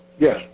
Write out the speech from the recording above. Yes